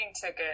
ticket